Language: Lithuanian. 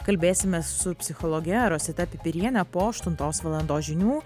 kalbėsimės su psichologe rosita pipiriene po aštuntos valandos žinių